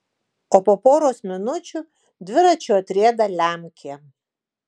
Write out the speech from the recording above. o po poros minučių dviračiu atrieda lemkė